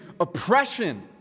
oppression